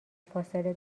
فاصله